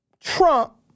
Trump